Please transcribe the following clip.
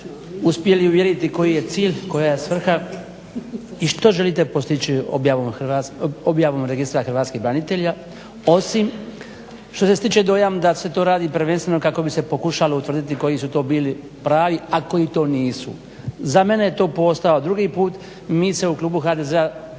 uspjeli uvjeriti koji je cilj, koja je svrha i što želite postići objavom Registra hrvatskih branitelja osim što se stječe dojam da se to radi prvenstveno kako bi se pokušalo utvrditi koji su to bili pravi, a koji to nisu. Za mene je to … drugi put, mi se u klubu HDZ-a